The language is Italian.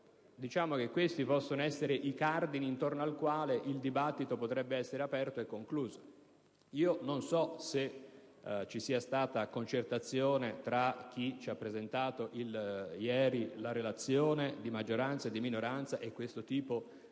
finanziare. Questi possono essere i cardini intorno a cui il dibattito potrebbe essere aperto e concluso. Non so se vi sia stata concertazione tra chi ci ha presentato ieri la relazione di maggioranza e di minoranza e chi ha